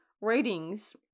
ratings